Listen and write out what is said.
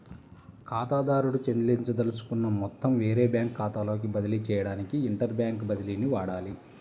ఖాతాదారుడు చెల్లించదలుచుకున్న మొత్తం వేరే బ్యాంకు ఖాతాలోకి బదిలీ చేయడానికి ఇంటర్ బ్యాంక్ బదిలీని వాడాలి